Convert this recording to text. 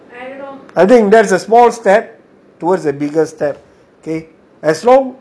I think that's a small step towards the bigger step okay as long